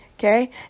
Okay